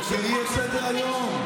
תקראי את סדר-היום.